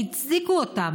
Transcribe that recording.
והצדיקו אותם,